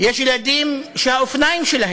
והפכו להיות שהידים ויש ילדים שהאופניים שלהם נגזלו מהם).